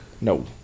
No